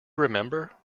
remember